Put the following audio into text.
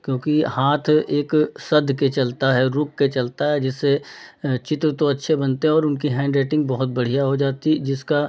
क्योंकि हाथ एक सध के चलता है रुक के चलता है जिससे चित्र तो अच्छे बनते हैं और उनकी हैन्ड राइटिंग बहुत बढ़िया हो जाती जिसका